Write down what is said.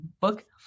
book